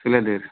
ঠিক আছে